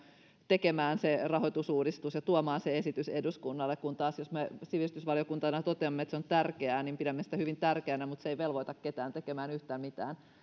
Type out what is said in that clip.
tekemään se rahoitusuudistus ja tuomaan esitys eduskunnalle kun taas jos me sivistysvaliokuntana toteamme että se on tärkeää niin pidämme sitä hyvin tärkeänä mutta se ei velvoita ketään tekemään yhtään mitään